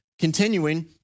Continuing